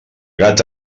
gat